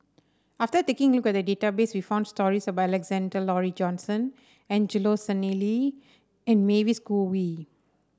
after taking a look at the database we found stories about Alexander Laurie Johnston Angelo Sanelli and Mavis Khoo Oei